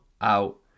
out